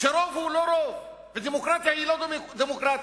שרוב הוא לא רוב ודמוקרטיה היא לא דמוקרטיה.